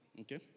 Okay